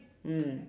mm